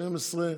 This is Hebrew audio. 12,